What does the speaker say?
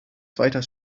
zweiter